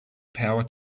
power